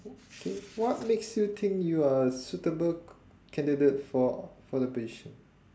okay what makes you think you are a suitable candidate for for the position